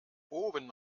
oben